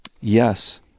Yes